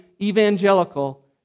evangelical